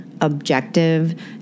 objective